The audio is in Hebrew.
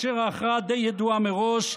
וההכרעה די ידועה מראש,